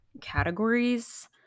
categories